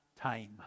time